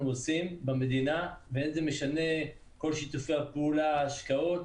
עושים במדינה ואין זה משנה כל שיתופי הפעולה וההשקעות,